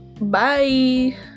bye